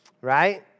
right